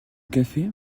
café